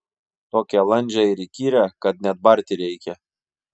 tokią landžią ir įkyrią kad net barti reikia